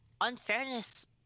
unfairness